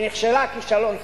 שנכשלה כישלון חרוץ.